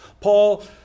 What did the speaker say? Paul